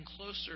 closer